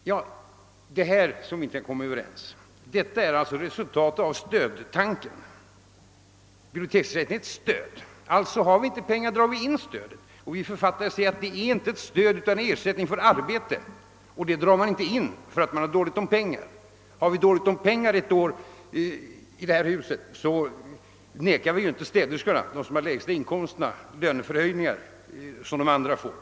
Det är härvidlag som vi inte kan komma överens. Detta är alltså resultatet av stödtanken: biblioteksersättningen är ett stöd, och har man inte pengar drar man in stödet. Men vi författare menar att biblioteksersättningen är inte ett stöd, utan ersättning för arbete. Och sådant snålar man inte in därför att man har dåligt med pengar. Har vi ett år ont om pengar i detta hus, så nekar vi ju inte städerskorna — de som har de lägsta inkomsterna — löneförhöjningar som andra får.